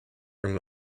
from